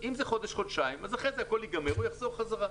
אם זה לחודש-חודשיים אז אחרי זה הכול ייגמר והוא יחזור חזרה.